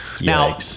Now